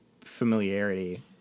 familiarity